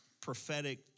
prophetic